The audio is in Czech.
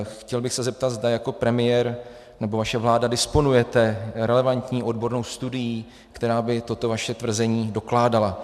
Chtěl bych se zeptat, zda jako premiér, nebo vaše vláda, disponujete relevantní odbornou studií, která by toto vaše tvrzení dokládala.